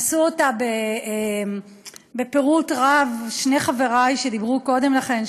עשו אותה בפירוט רב שני חברי שדיברו קודם לכן,